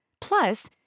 Plus